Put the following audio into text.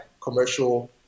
commercial